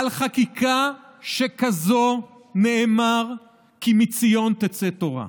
על חקיקה שכזאת נאמר "כי מציון תצא תורה".